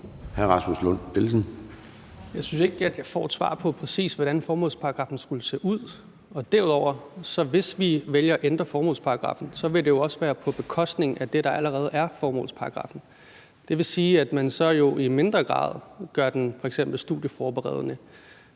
Jeg synes ikke, at jeg får et svar på, præcis hvordan formålsparagraffen skulle se ud. Derudover ville det, hvis vi vælger at ændre formålsparagraffen, jo også være på bekostning af det, der allerede er i formålsparagraffen. Det vil sige, at man jo så i mindre grad gør den f.eks. studieforberedende,